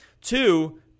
Two